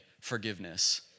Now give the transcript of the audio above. forgiveness